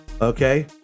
Okay